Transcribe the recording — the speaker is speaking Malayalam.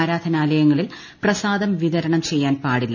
ആരാധനാലയങ്ങളിൽ പ്രസാദം വിതരണം ചെയ്യാൻ പാടില്ല